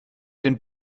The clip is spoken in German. den